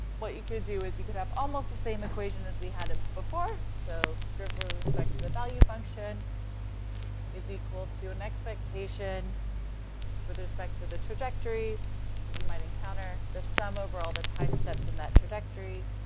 what you could do is, you could have almost the same equation as we had before. so derivative with respect to the value function is equal to an expectation with respect to the trajectories that you might encounter, the sum over all the time steps in that trajectory,